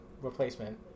replacement